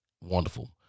Wonderful